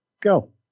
go